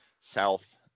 south